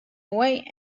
way